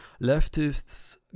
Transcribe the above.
Leftists